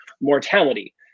mortality